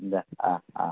দিয়া